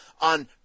on